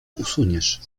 usuniesz